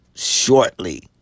shortly